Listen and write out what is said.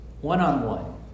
one-on-one